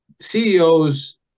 CEOs